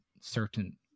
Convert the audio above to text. certain